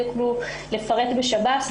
את זה יוכלו לפרט בשב"ס.